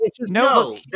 No